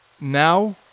Now